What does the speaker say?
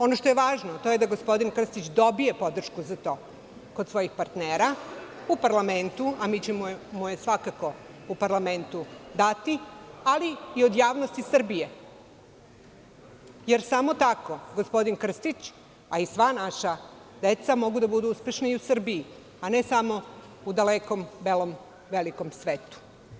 Ono što je važno to je da gospodin Krstić dobije podršku za to kod svojih partnera u parlamentu, a mi ćemo je svakako u parlamentu dati, ali i od javnosti Srbije, jer samo tako gospodin Krstić, a i sva naša deca mogu da budu uspešni i u Srbiji, a ne samo u dalekom belom velikom svetu.